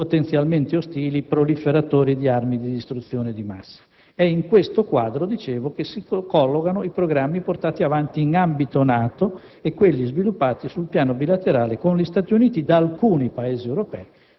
potenzialmente ostili, proliferatori di armi di distruzione di massa. È in questo quadro - dicevo - che si collocano i programmi portati avanti in ambito NATO e quelli sviluppati sul piano bilaterale con gli Stati Uniti da alcuni Paesi europei: